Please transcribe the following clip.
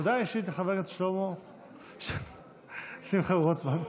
הודעה אישית לחבר הכנסת שמחה רוטמן.